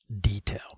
detail